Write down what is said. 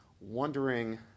wondering